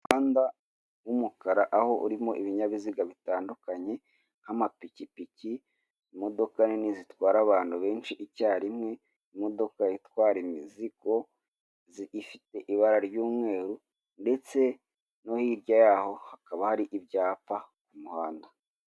Umuhanda w'umukara aho urimo ibinyabiziga bitandukanye, nk'amapikipiki, imodoka nini zitwara abantu benshi icyarimwe, imodoka itwara imizigo ifite ibara ry'umweru ndetse no hirya yaho, hakaba hari ibyapa ku muhanda.